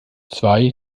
zwei